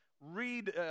read